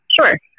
Sure